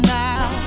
now